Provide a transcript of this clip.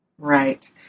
Right